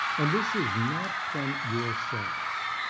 and this is not from yourselves.